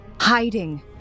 hiding